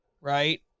right